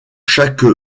chaque